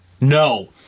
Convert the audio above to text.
No